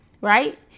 right